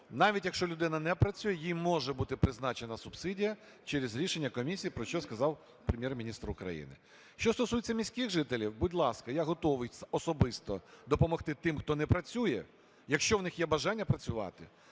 навіть якщо людина не працює, їй може бути призначена субсидія через рішення комісії, про що сказав Прем'єр-міністр України. Що стосується міських жителів, будь ласка, я готовий особисто допомогти тим, хто не працює, якщо в них є бажання працювати.